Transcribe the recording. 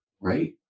right